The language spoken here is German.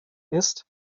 ist